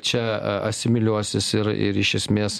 čia a asimiliuosis ir iš esmės